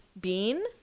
bean